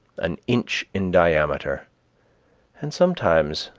an inch in diameter and sometimes,